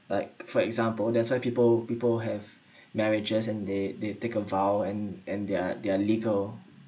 like for example that's why people people have marriages and they they take a vow and and they're they're legal